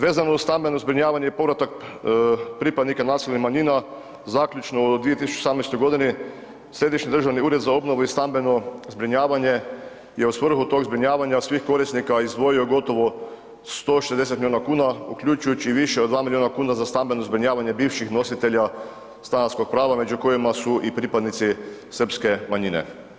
Vezano uz stambeno zbrinjavanje i povratak pripadnika nacionalnih manjina zaključno u 2018. g., Središnji državni ured za obnovu i stambeno zbrinjavanje je u svrhu tog zbrinjavanja svih korisnika, izdvojio gotovo 160 milijuna kuna uključujući i više od 2 milijuna kuna za stambeno zbrinjavanje bivših nositelja stanarskog prava među kojima su i pripadnici srpske manjine.